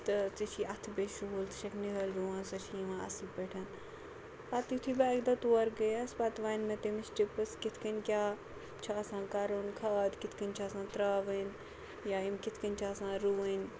تہٕ ژےٚ چھِی اَتھٕ بیٚیہِ شُہُل ژٕ چھَکھ نِہٲلۍ رُوان سۄ چھِ یِوان اَصٕل پٲٹھۍ پَتہٕ یُتھُے بہٕ اَکہِ دۄہ تور گٔیَس پَتہٕ وَنۍ مےٚ تٔمِس ٹِپٕس کِتھ کٔنۍ کیٛاہ چھُ آسان کَرُن کھاد کِتھ کٔنۍ چھِ آسان ترٛاوٕنۍ یا یِم کِتھ کٔنۍ چھِ آسان رُوٕنۍ